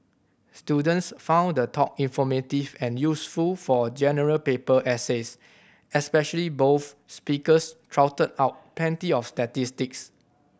students found the talk informative and useful for General Paper essays especially both speakers trotted out plenty of statistics